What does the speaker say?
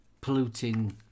polluting